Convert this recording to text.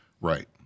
Right